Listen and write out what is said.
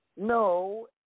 No